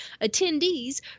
attendees